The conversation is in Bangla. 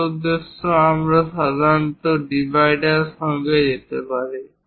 আরও উদ্দেশ্য আমরা সাধারণত ডিভাইডার সঙ্গে যেতে পারি